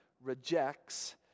rejects